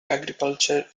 agriculture